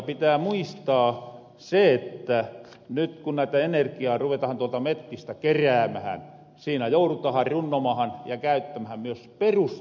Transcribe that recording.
pitää muistaa se että nyt ku energiaa ruvetaan tuolta mettistä keräämähän siinä jourutahan runnomahan ja käyttämähän myös perusteitä